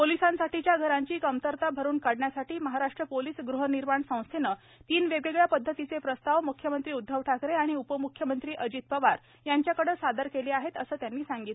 पोलिसांसाठीच्या घरांची कमतरता भरून काढण्यासाठी महाराष्ट्र पोलीस गृहनिर्माण संस्थेनं तीन वेगवेगळ्या पद्धतीचे प्रस्ताव म्ख्यमंत्री उद्धव ठाकरे आणि उपम्ख्यमंत्री अजित पवार यांच्याकडे सादर केले आहेत असं देशमुख यांनी सांगितलं